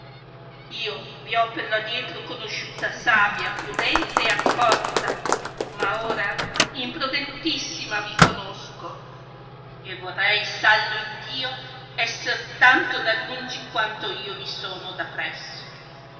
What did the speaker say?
io vi ho per lo adietro conosciuta savia prudente e accorta ma ora imprudentissima vi conosco e vorrei sallo iddio esser tanto da lungi quanto io vi sono da presso